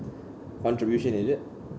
contribution is it